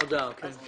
הודעה, כן.